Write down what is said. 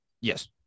yes